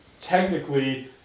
technically